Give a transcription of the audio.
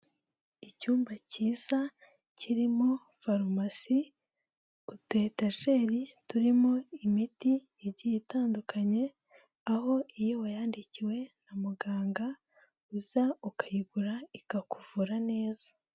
Icyumba kiza kirimo farumasi, utu etajeri turimo imiti igiye itandukanye, aho iyo wayandikiwe na muganga uza ukayigura ikakuvura neza.